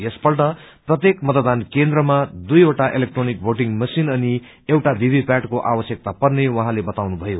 यसपल्ट प्रत्येक मतदान केन्द्रमा दुइवटा इलेक्ट्रोनिक भोटिंग मशिन अनि एउटा वीवी प्याटको आवश्यकता पर्ने उहाँले बताउनुभयो